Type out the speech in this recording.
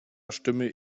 stimme